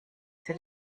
sie